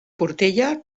portella